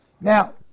Now